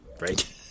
Right